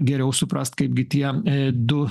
geriau suprast kaipgi tie du